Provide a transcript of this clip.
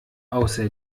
außer